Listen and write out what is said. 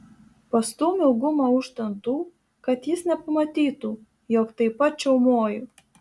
pastūmiau gumą už dantų kad jis nepamatytų jog taip pat čiaumoju